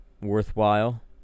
worthwhile